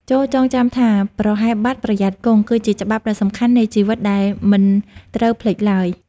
ចូរចងចាំថា «ប្រហែសបាត់ ប្រយ័ត្នគង់» គឺជាច្បាប់ដ៏សំខាន់នៃជីវិតដែលមិនត្រូវភ្លេចឡើយ។